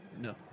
No